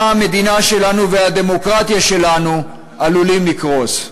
ואתה המדינה שלנו והדמוקרטיה שלנו עלולים לקרוס.